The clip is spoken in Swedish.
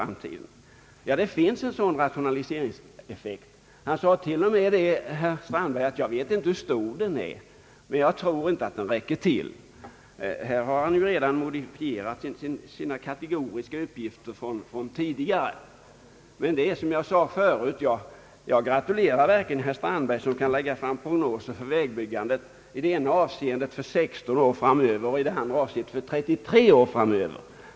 Ja, visst måste vi räkna med en viss rationaliseringseffekt. Herr Strandberg sade att han inte visste hur stor den kunde vara, men han trodde inte att enbart den räckte till. Här hade han redan modifierat sina tidigare kategoriska uppgifter. Det är, som jag sade förut, bara att gratulera honom om han kan lägga fram prognoser för vägbyggandet i det ena avseendet för 16 år och i det andra avseendet för 33 år framåt.